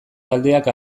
taldeak